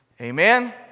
Amen